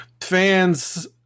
fans